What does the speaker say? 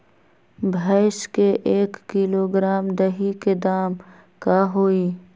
भैस के एक किलोग्राम दही के दाम का होई?